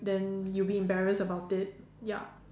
then you'll be embarrassed about it ya